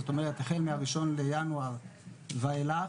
זאת אומרת החל מהראשון לינואר ואילך,